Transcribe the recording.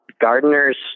Gardeners